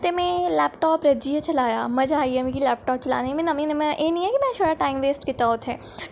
ते में लैपटाप रज्जियै चलाया मजा आई गेआ मिकी लैपटाप चलाने में नमीं नमें एह् निं ऐ कि में शड़ा टाइम वेस्ट कीता उत्थै